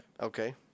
Okay